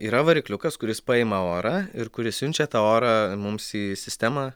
yra varikliukas kuris paima orą ir kuris siunčia tą orą mums į sistemą